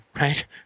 right